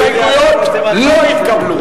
ידנית.